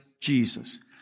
Jesus